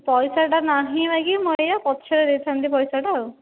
ପଇସାଟା ନାହିଁ ଲାଗି ମୁଁ ଆଜ୍ଞା ପଛରେ ଦେଇଥାନ୍ତି ପଇସାଟା ଆଉ